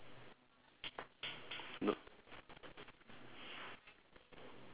no